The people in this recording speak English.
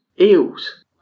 Eels